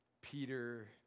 Peter